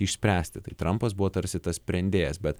išspręsti trampas buvo tarsi tas sprendėjas bet